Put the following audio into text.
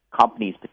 companies